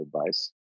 advice